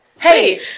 Hey